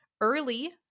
early